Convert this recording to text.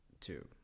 Two